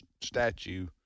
statue